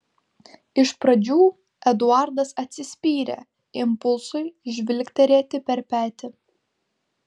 iš pradžių eduardas atsispyrė impulsui žvilgterėti per petį